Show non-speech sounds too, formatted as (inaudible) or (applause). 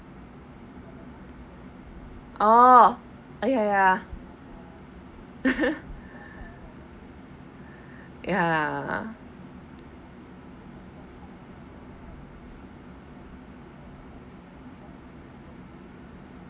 oh ya ya ya (laughs) ya